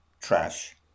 trash